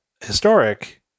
historic